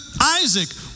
Isaac